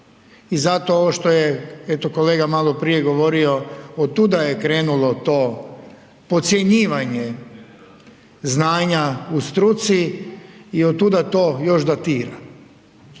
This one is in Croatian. I zato ovo što je eto kolega malo prije govorio od tuda je krenulo to podcjenjivanje znanja u struci i od tuda to još datira.